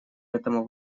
этому